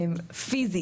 פיזית,